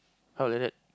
how like that